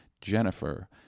jennifer